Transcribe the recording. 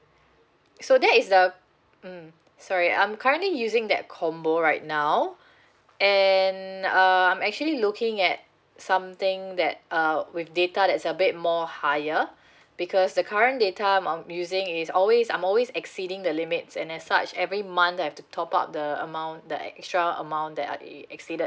so that is the mm sorry I'm currently using that combo right now and uh I'm actually looking at something that err with data that's a bit more higher because the current data I'm using is always I'm always exceeding the limits and as such every month I have to top up the amount the extra amount that I exceeded